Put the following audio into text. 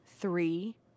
three